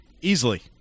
Easily